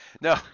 No